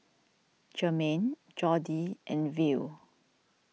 Jermain Jordi and Will